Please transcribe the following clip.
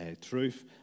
truth